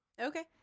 Okay